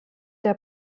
der